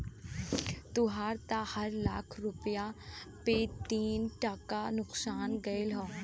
तोहार त हर लाख रुपया पे तीन टका नुकसान गयल हौ